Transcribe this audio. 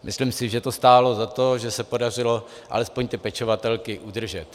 Myslím si, že to stálo za to, že se podařilo alespoň ty pečovatelky udržet.